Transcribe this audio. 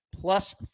plus